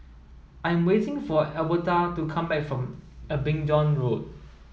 I'm waiting for Albertha to come back from Abingdon Road